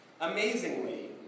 Amazingly